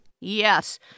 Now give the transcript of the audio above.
Yes